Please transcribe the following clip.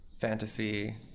fantasy